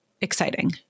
exciting